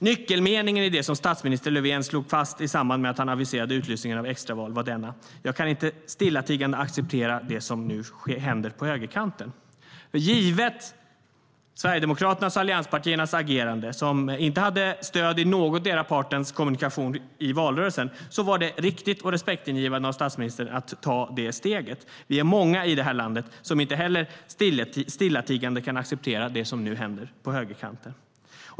Nyckelmeningen i det som statsminister Löfven slog fast i samband med att han aviserade utlysningen av extraval var denna: Jag kan inte stillatigande acceptera det som nu händer på högerkanten. Givet Sverigedemokraternas och allianspartiernas agerande, som inte hade stöd i någondera partens kommunikation i valrörelsen, var det riktigt och respektingivande av statsministern att ta det steget. Vi är många i det här landet som inte heller stillatigande kan acceptera det som nu händer på högerkanten.